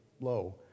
low